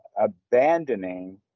abandoning